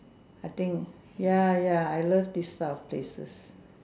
I think ya ya I love these type of places